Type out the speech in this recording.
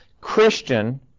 Christian